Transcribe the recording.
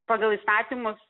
pagal įstatymus